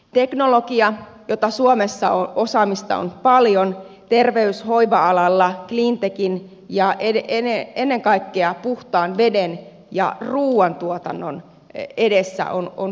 teknologian jota osaamista suomessa on paljon terveys ja hoiva alalla cleantechin ja ennen kaikkea puhtaan veden ja ruuantuotannon edessä on suunnattomat mahdollisuudet